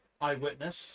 eyewitness